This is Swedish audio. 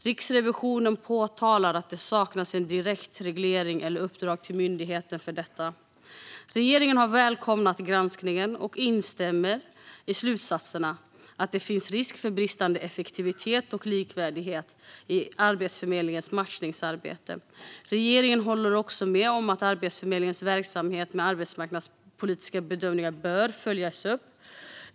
Riksrevisionen påtalar att det saknas en direkt reglering eller ett uppdrag till myndigheten när det gäller detta. Regeringen har välkomnat granskningen och instämmer i slutsatserna: att det finns risk för bristande effektivitet och likvärdighet i Arbetsförmedlingens matchningsarbete. Regeringen håller också med om att Arbetsförmedlingens verksamhet med arbetsmarknadspolitiska bedömningar bör följas upp.